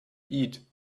eat